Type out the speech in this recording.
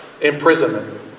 imprisonment